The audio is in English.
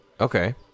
Okay